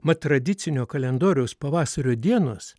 mat tradicinio kalendoriaus pavasario dienos